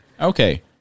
Okay